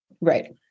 Right